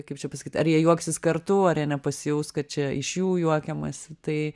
kaip čia pasakyt ar jie juoksis kartu ar jie nepasijaus kad čia iš jų juokiamasi tai